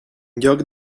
lloc